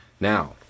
Now